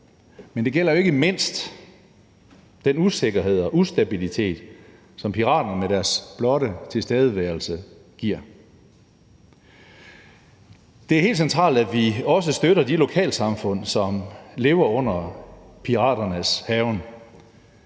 Men det gælder jo ikke mindst også den usikkerhed og ustabilitet, som piraterne med deres blotte tilstedeværelse giver, og det er helt centralt, at vi også støtter de lokalsamfund, som lever under piraternes hærgen.